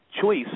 Choice